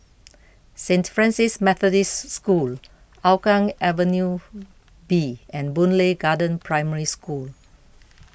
Saint Francis Methodist School Hougang Avenue B and Boon Lay Garden Primary School